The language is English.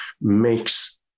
makes